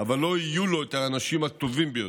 אבל לא יהיו לו האנשים הטובים ביותר.